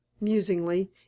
musingly